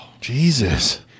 Jesus